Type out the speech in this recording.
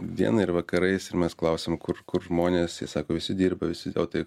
dieną ir vakarais ir mes klausėm kur kur žmonės tai sako visi dirba visi o tai